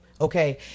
Okay